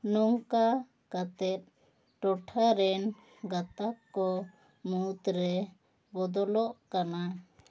ᱱᱚᱝᱠᱟ ᱠᱟᱛᱮᱜ ᱴᱚᱴᱷᱟ ᱨᱮᱱ ᱜᱟᱛᱟᱠ ᱠᱚ ᱢᱩᱫᱽ ᱨᱮ ᱵᱚᱫᱚᱞᱚᱜ ᱠᱟᱱᱟ